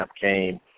came